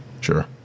sure